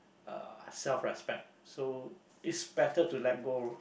uh self respect so it's better to let go